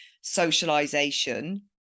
socialization